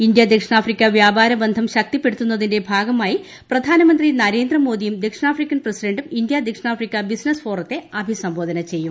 India ദക്ഷിണാഫ്രിക്ക വ്യാപാര ബന്ധം ശക്തിപ്പെടുത്തുന്നതിന്റെ ഭാഗമായി പ്രധാനമന്ത്രി നരേന്ദ്രമോദിയും ദക്ഷിണാഫ്രിക്കൻ പ്രസിഡന്റും ഇന്ത്യ ദക്ഷിണാഫ്രിക്ക ബിസിനസ് ഫോറത്തെ അഭിസംബോധന ചെയ്യും